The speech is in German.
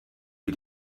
wie